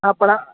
હા પણ